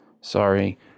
Sorry